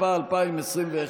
התשפ"א 2021,